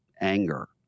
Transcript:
anger